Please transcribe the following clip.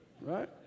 Right